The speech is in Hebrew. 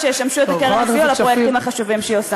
ולאשר את הצעת החוק הזאת.